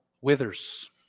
withers